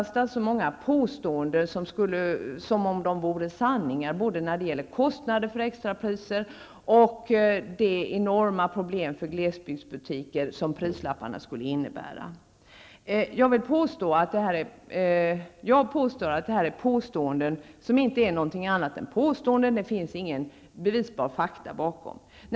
Så många påståenden framkastas som om de vore sanningar, både när det gäller kostnader för extrapriser och när det gäller de enorma problem för glesbygdsbutiker som prislapparna skulle innebära. Jag påstår att detta är påståenden som inte är någonting annat än påståenden. Det finns inga bevisbara fakta bakom.